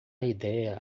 ideia